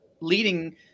leading